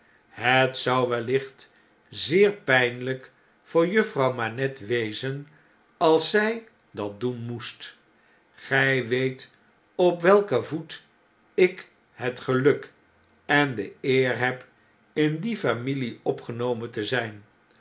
het zou wellicht zeer pijnlyk voor juffrouw manette wezen als zij dat doen moest qij weet op welken voet ik het geluk en de eer heb in die familie opgenomen te zijn